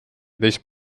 teist